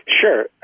Sure